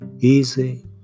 Easy